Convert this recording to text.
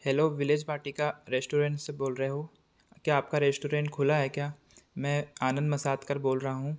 hello village Vatika restaurant से बोल रहे हो क्या आपका रेस्टोरेंट खुला है क्या मैं आनंद मसादकर बोल रहा हूँ